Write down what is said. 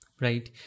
right